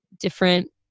different